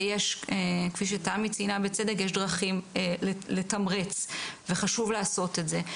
כפי שתמי ציינה בצדק יש דרכים לתמרץ וחשוב לעשות את זה.